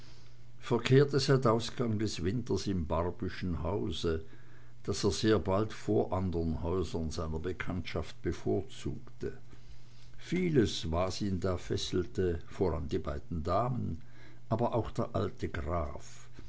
verkehrte seit ausgang des winters im barbyschen hause das er sehr bald vor andern häusern seiner bekanntschaft bevorzugte vieles war es was ihn da fesselte voran die beiden damen aber auch der alte graf